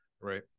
Right